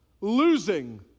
losing